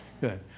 Good